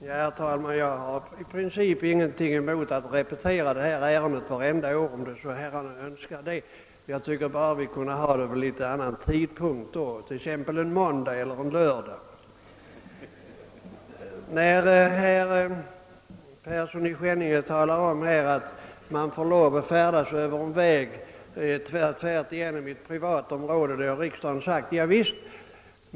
Herr talman! Jag har i princip ingenting emot att repetera detta ärende varje år, om herrarna så önskar. Men då tycker jag att vi skall ha den debatten på annan dag, t.ex. en måndag eller en lördag. Herr Persson i Skänninge sade att riksdagen har förklarat att man får färdas över väg som går tvärs igenom ett privat område. Javisst.